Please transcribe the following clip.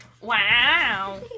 Wow